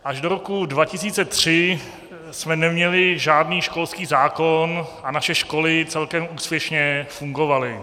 Až do roku 2003 jsme neměli žádný školský zákon a naše školy celkem úspěšně fungovaly.